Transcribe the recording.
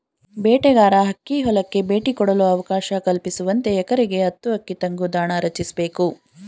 ಬೇಟೆಗಾರ ಹಕ್ಕಿ ಹೊಲಕ್ಕೆ ಭೇಟಿ ಕೊಡಲು ಅವಕಾಶ ಕಲ್ಪಿಸುವಂತೆ ಎಕರೆಗೆ ಹತ್ತು ಹಕ್ಕಿ ತಂಗುದಾಣ ರಚಿಸ್ಬೇಕು